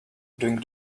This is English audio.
doing